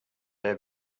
their